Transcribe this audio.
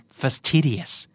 fastidious